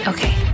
Okay